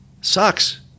sucks